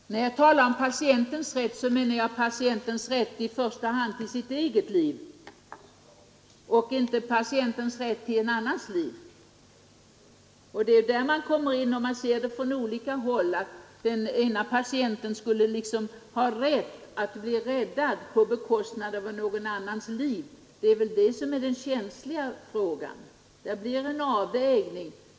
Fru talman! När jag talar om patientens rätt, menar jag hans rätt till sitt eget liv och inte hans rätt till annans liv. Om man ser problemet från ett annat håll, kommer man fram till att den ena patienten liksom skulle ha rätt att bli räddad på bekostnad av någon annans liv. Detta är den känsliga frågan. Det blir en svår avvägning.